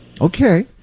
Okay